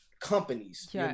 companies